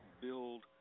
build